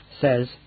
says